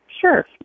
Sure